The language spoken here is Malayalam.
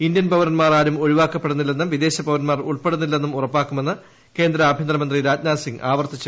ഇന്ത്യൻ പൌരന്മാർ ആരും ഒഴിവാക്കപ്പെടുന്നില്ലെന്നും വിദേശ പൌരന്മാർ ഉൾപ്പെടുന്നില്ലെന്നും ഉറപ്പാക്കുമെന്ന് കേന്ദ്ര ആഭ്യന്തരമന്ത്രി രാജ്നാഥ്സിംഗ് ആവർത്തിച്ച് വൃക്തമാക്കി